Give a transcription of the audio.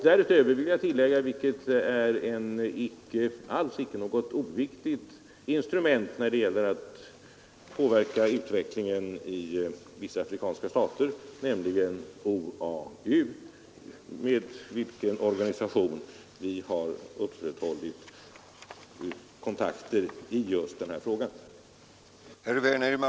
Därutöver har vi — och detta är inte något oviktigt instrument när det gäller att påverka utvecklingen i vissa afrikanska stater — OAU, med vilken organisation vi har kontakter i just denna fråga.